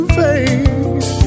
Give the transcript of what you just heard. face